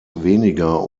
weniger